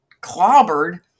clobbered